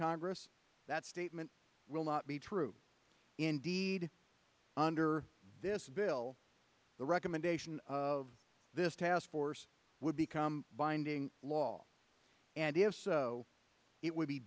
congress that statement will not be true indeed under this bill the recommendation of this taskforce would become binding law and if so it would be